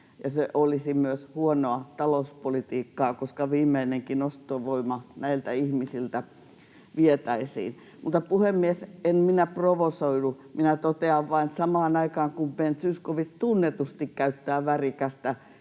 se olisi myös huonoa talouspolitiikkaa, koska viimeinenkin ostovoima näiltä ihmisiltä vietäisiin. Mutta puhemies, en minä provosoidu, minä totean vain, että samaan aikaan kun Ben Zyskowicz — joka tunnetusti käyttää värikästä